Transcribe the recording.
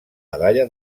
medalla